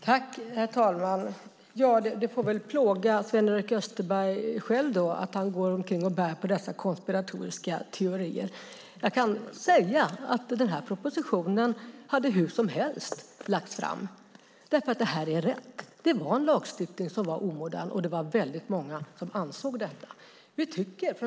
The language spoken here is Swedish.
Herr talman! Det får plåga Sven-Erik Österberg själv att han bär på dessa konspiratoriska teorier. Den här propositionen hade lagts fram i vilket fall som helst. Det här är rätt. Lagstiftningen var omodern, och det var många som ansåg det.